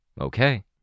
Okay